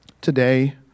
today